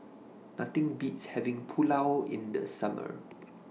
Nothing Beats having Pulao in The Summer